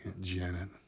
Janet